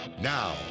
Now